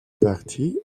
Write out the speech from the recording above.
parti